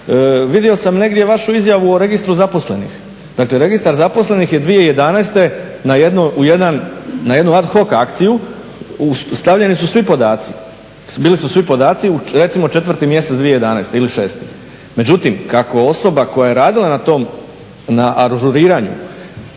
Vidio sam negdje vašu izjavu o registru zaposlenih, dakle registar zaposlenih je 2011.na jednu ad hoc akciju stavljeni su svi podaci, bili su svi podaci recimo 4.mjesec 2011.ili 6., međutim kako osoba koja je radila na tom na ažuriranju